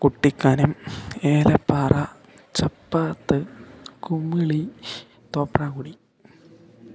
Kuttikkanam Elappara Chappath Kumily Thopramkudy